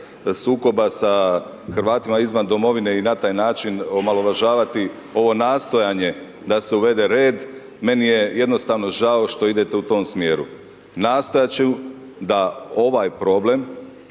sukoba sa Hrvatima izvan domovine i na taj način omalovažavati ovo nastojanje da se uvede red, meni je jednostavno žao što idete u tom smjeru. Nastojati ću da ovaj problem,